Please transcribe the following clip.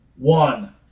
One